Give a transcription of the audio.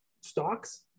Stocks